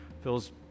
Phil's